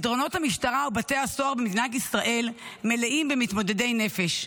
מסדרונות המשטרה ובתי הסוהר במדינת ישראל מלאים במתמודדי נפש,